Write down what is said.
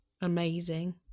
Amazing